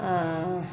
अँऽऽ